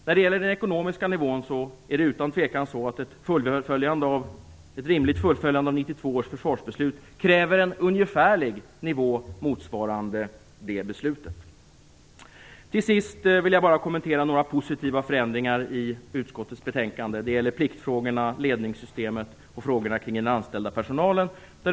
När det gäller den ekonomiska nivån är det utan tvivel så att ett rimligt fullföljande av 1992 års försvarsbeslut kräver en ungefärlig nivå motsvarande det beslutet. Till sist vill jag kommentera några positiva förändringar i utskottets betänkande. Det gäller pliktfrågorna, ledningssystemet och frågorna om anställd personal.